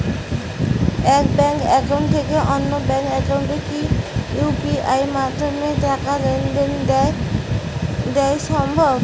এক bank account থেকে অন্য ব্যাংক একাউন্টে কি ইউ.পি.আই মাধ্যমে টাকার লেনদেন দেন সম্ভব?